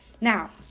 Now